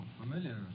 familiar